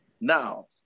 Now